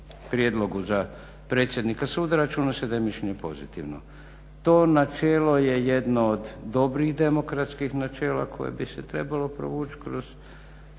prijedlogu za predsjednika suda, računa se da je mišljenje pozitivno. To načelo je jedno od dobrih demokratskih načela koje bi se trebalo provuć kroz